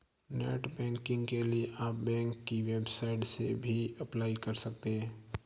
net banking के लिए आप बैंक की वेबसाइट से भी अप्लाई कर सकते है